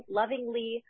lovingly